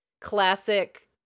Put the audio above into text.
classic